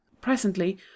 Presently